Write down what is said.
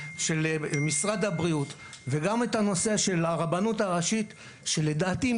משרד הבריאות וגם את הנושא של הרבנות הראשית שלדעתי,